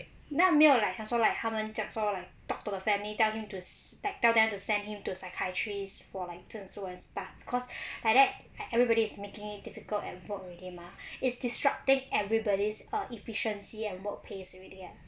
那没有 like 好像说 like 他们讲说 like talk to the family tell him to s~ like tell them to send him to psychiatrist for like 证书 and stuff because like that like everybody is making it difficult at work already mah it's disrupting everybody's err efficiency and work pace already eh